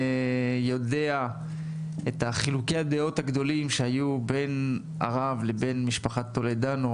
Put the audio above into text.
ויודע את חילוקי הדעות הגדולים שהיו בין הרב לבין משפחת טולדנו,